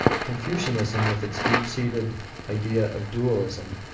confucianism, with its deep-seated idea of dualism,